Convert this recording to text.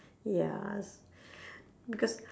ya because